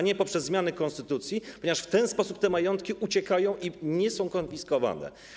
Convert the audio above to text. Nie poprzez zmiany konstytucji, ponieważ w ten sposób te majątki uciekają i nie są konfiskowane.